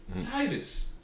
Titus